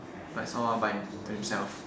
but he's all abide to himself